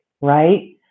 right